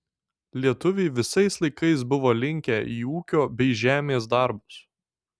lietuviai visais laikais buvo linkę į ūkio bei žemės darbus